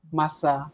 masa